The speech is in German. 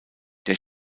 der